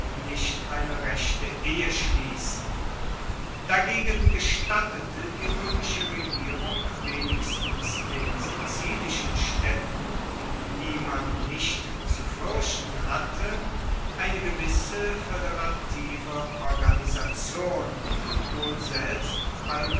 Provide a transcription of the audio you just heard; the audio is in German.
nicht eine rechte ehe schliessen dagegen gestattete die roemische regierung wenigstens den sizilischen staedten die man nicht zu fuerchten hatte eine gewisse foederative organisation und wohl selbst